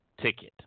ticket